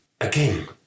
Again